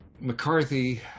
McCarthy